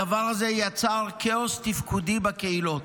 הדבר הזה יצר כאוס תפקודי בקהילות,